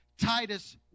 Titus